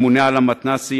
ממונה על המתנ"סים,